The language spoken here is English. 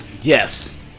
Yes